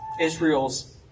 Israel's